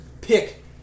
pick